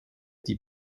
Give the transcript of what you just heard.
die